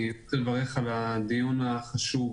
אני רוצה לברך על הדיון החשוב